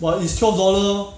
!wah! it's twelve dollar